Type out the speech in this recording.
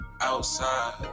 outside